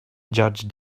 judge